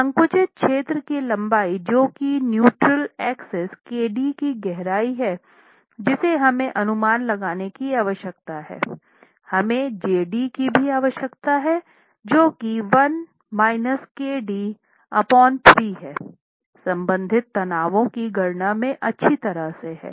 संकुचित क्षेत्र की लंबाई जो की न्यूट्रल एक्सिस kd की गहराई है जिसे हमें अनुमान लगाने की आवश्यकता है हमें j d की भी आवश्यकता है जो कि 1 kd 3 है संबंधित तनावों की गणना में अच्छी तरह से हैं